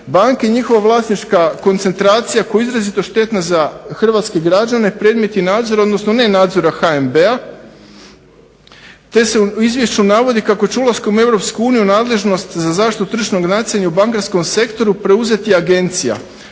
Banke i njihova vlasnička koncentracija koja je izrazito štetna za hrvatske građane, predmet i nadzor, odnosno ne nadzora HNB-a te se u izvješću navodi kako će ulaskom u EU nadležnost za zaštitu tržišnog natjecanja u bankarskom sektoru preuzeti Agencija,